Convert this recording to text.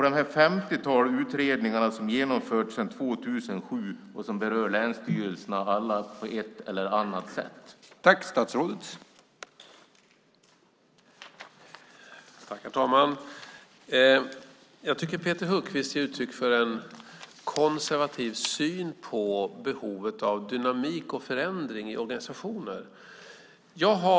Ett 50-tal utredningar som alla berör länsstyrelserna på ett eller annat sätt har genomförts sedan 2007.